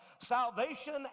Salvation